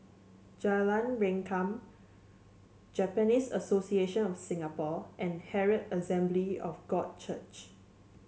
Jalan Rengkam Japanese Association of Singapore and Herald Assembly of God Church